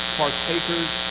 partakers